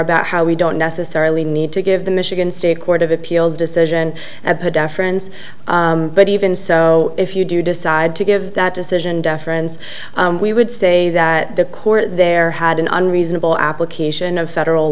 about how we don't necessarily need to give the michigan state court of appeals decision friends but even so if you do decide to give that decision deference we would say that the court there had an unreasonable application of federal